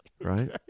right